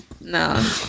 No